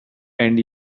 end